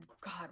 God